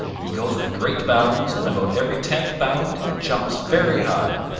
he goes with great bounds and about every tenth bound he jumps very high.